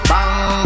Bang